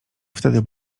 wtedy